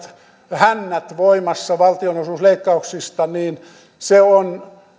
hännät voimassa valtionosuusleikkauksista on